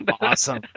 awesome